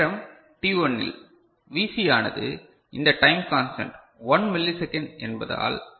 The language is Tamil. நேரம் t1 இல் Vc ஆனது இந்த டைம் கான்ஸ்டன்ட் 1 மில்லி செகண்ட் என்பதால்